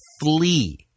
flee